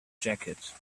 jacket